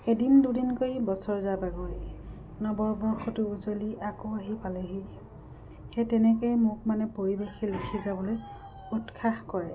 এদিন দুদিন কৰি বছৰ যায় বাগৰি নৱবৰ্ষতো উজলি আকৌ আহি পালেহি সেই তেনেকৈয়ে মোক মানে পৰিৱেশে লিখি যাবলৈ উৎসাহ কৰে